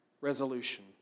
resolution